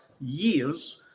years